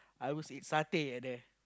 I was ate satay at there